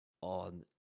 on